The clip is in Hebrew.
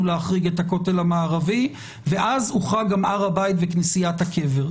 להחריג את הכותל המערבי ואז גם הוחרג הר הבית וכנסיית הקבר.